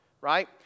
right